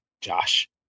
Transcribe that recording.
josh